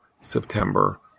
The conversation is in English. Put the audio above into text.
September